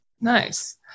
Nice